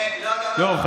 טוב.